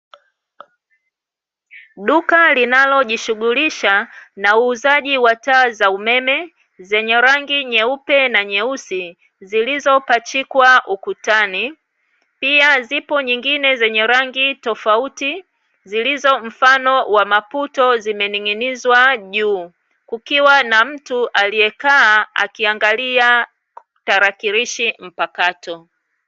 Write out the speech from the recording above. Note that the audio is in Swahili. Duka linalo jishughulisha na uuzaji wa taa za umeme zenye rangi nyeupe na nyeusi, zilizo pachikwa ukutani, pia zipo nyingine zenye rangi tofauti zilizo mfano wa maputo zimenig’inizwa juu, kukiwa na mtuu aliye kaa akiangalia tarakilishi mpakato.